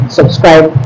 subscribe